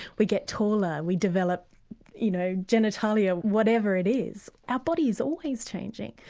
we get taller, we develop you know genitalia, whatever it is. our body's always changing.